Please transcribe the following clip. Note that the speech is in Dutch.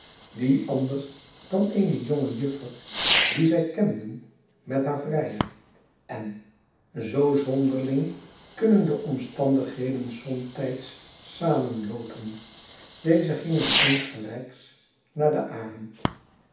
wie anders dan eene jonge juffer die zij kenden met haar vrijer en zoo zonderling kunnen de omstandigheden somtijds samenloopen deze gingen insgelijks naar de arend